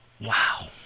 Wow